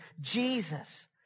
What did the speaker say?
Jesus